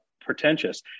pretentious